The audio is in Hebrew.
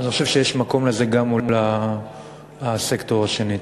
אני חושב שיש מקום לזה, גם מול הסקטור השני.